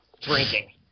drinking